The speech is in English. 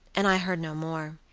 and i heard no more.